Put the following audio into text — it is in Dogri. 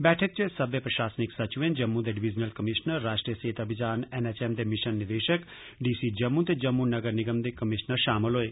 बैठक च सब्बै प्रशासनिक सचिवें जम्मू दे डिविजनल कमीश्नर राष्ट्रीय सेहत अभियान एन एच एम दे मिशन निदेशक डी सी जम्मू ते जम्मू नगर निगम दे कमीश्नर शामल होए